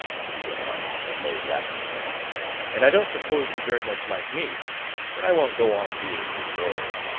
she went on, in a low, rapid tone and i don't suppose you very much like me but i won't go on being ignored.